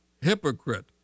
hypocrite